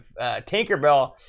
Tinkerbell